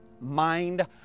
mind